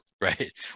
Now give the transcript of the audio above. Right